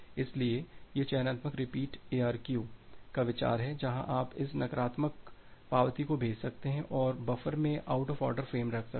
इसलिए यह चयनात्मक रिपीट ARQ का विचार है जहां आप इस नकारात्मक पावती को भेज सकते हैं और बफर में आउट ऑफ़ ऑर्डर फ्रेम रख सकते हैं